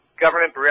government